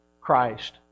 Christ